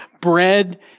bread